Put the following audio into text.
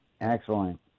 excellent